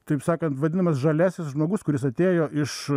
taip sakant vadinamas žaliasis žmogus kuris atėjo iš